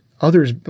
others